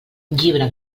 llibre